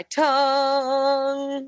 tongue